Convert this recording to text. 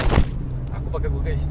ya algorithm ah